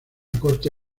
corte